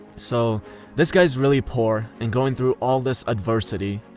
so this guy's really poor and going through all this adversity,